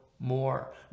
more